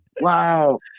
Wow